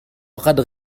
وقد